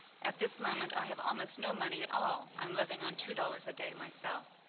at this moment i have almost no money at all. i'm living on two dollars a day myself,